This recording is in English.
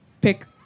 pick